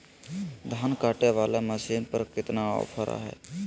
धान कटे बाला मसीन पर कतना ऑफर हाय?